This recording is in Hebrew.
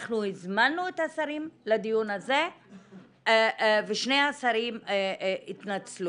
אנחנו הזמנו את השרים לדיון הזה ושלושת השרים התנצלו.